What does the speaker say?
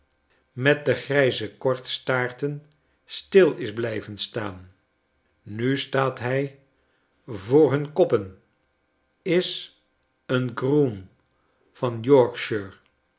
met de grijze kortstaarten stil is blijven staan nu staat hij voor hun koppen is een groom uit